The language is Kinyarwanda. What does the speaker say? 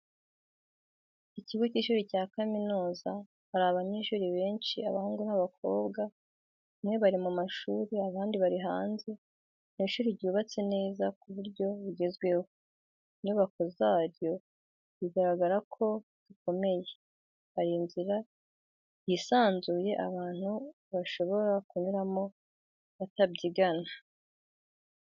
Ikigo cy'ishuri cya kaminuza, hari abanyeshuri benshi abahungu n'abakobwa, bamwe bari mu mashuri abandi bari hanze, ni ishuri ryubatse neza mu buryo bugezweho, inyubako zaryo bigaragara ko zikomeye, hari inzira yisanzuye abantu bashobora kunyuramo batabyigana.